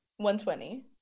120